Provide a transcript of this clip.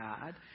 God